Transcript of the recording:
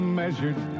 measured